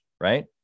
right